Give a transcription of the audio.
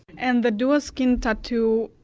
and the duoskin tattoo,